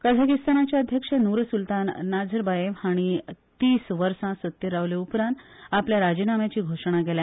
कझाकिस्तानाचे अध्यक्ष Nursultan Nazarbayev हाणी तीस वर्सा सत्तेर रावल्या उपरांत आपल्या राजीनाम्याची घोषणा केल्या